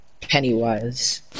pennywise